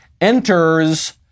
enters